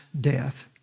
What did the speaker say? death